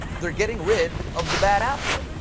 they're getting rid of the bad apple,